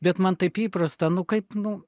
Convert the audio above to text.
bet man taip įprasta nu kaip nu